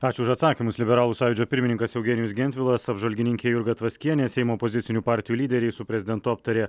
ačiū už atsakymus liberalų sąjūdžio pirmininkas eugenijus gentvilas apžvalgininkė jurga tvaskienė seimo opozicinių partijų lyderiai su prezidentu aptarė